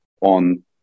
on